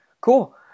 Cool